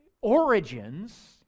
origins